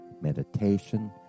meditation